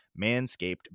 Manscaped